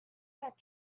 that